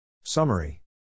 Summary